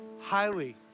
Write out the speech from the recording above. highly